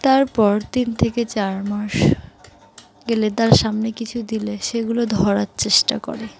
তারপর তিন থেকে চার মাস গেলে তার সামনে কিছু দিলে সেগুলো ধরার চেষ্টা করে